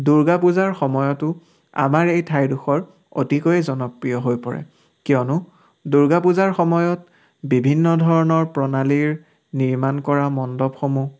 দুৰ্গা পূজাৰ সময়তো আমাৰ এই ঠাইডখৰ অতিকৈ জনপ্ৰিয় হৈ পৰে কিয়নো দুৰ্গা পূজাৰ সময়ত বিভিন্ন ধৰণৰ প্ৰণালীৰ নিৰ্মাণ কৰা মণ্ডপসমূহ